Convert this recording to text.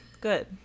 Good